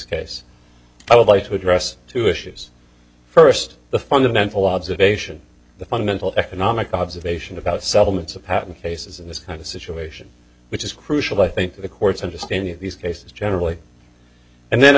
case i would like to address two issues first the fundamental observation the fundamental economic observation about settlements of patent cases in this kind of situation which is crucial i think the courts understanding of these cases generally and then i